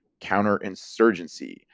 counterinsurgency